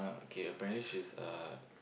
okay apparently she's a